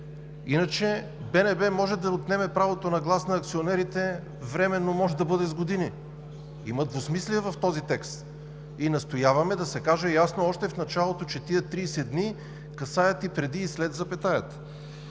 иначе БНБ може да отнеме правото на глас на акционерите – „временно“, може да бъде с години. Има двусмислие в този текст! Настояваме още в началото ясно да се каже, че тези 30 дни касаят и преди, и след запетаята.